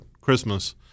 Christmas